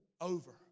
over